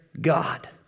God